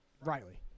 Riley